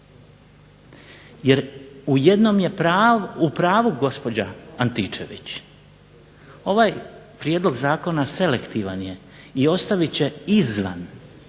Jer u jednom je pravu gospođa Antičević. Ovaj prijedlog zakona selektivan je i ostavit će izvan